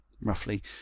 roughly